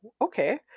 okay